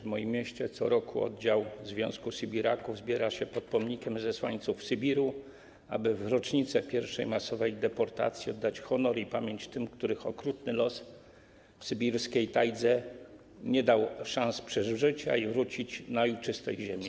W moim mieście co roku oddział Związku Sybiraków zbiera się pod pomnikiem Zesłańców Sybiru, aby w rocznicę pierwszej masowej deportacji oddać honor i pamięć tym, którym okrutny los w sybirskiej tajdze nie dał szans przeżycia i nie wrócili oni na ojczystą ziemię.